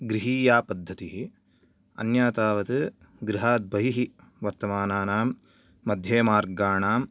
गृहीया पद्धतिः अन्या तावत् गृहात् बहिः वर्तमानानां मध्येमार्गाणाम्